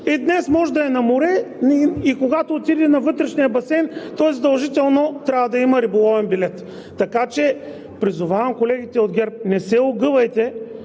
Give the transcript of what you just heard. И днес може да е на море, а когато отиде на вътрешния басейн той задължително трябва да има риболовен билет. Така че призовавам колегите от ГЕРБ: не се огъвайте,